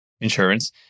insurance